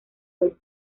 del